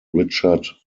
richard